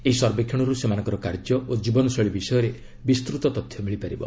ଏହି ସର୍ବେକ୍ଷଣରୁ ସେମାନଙ୍କର କାର୍ଯ୍ୟ ଓ ଜୀବନଶୈଳୀ ବିଷୟରେ ବିସ୍ତୃତ ତଥ୍ୟ ମିଳିପାରିବ